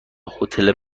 هتل